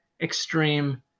extreme